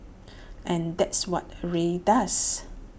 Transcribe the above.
and that's what Rae does